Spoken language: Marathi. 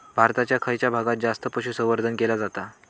भारताच्या खयच्या भागात जास्त पशुसंवर्धन केला जाता?